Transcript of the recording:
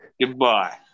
Goodbye